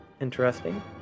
Interesting